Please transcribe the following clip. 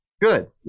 Good